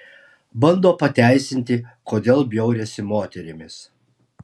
bando pateisinti kodėl bjaurisi moterimis